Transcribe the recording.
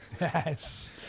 Yes